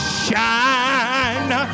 shine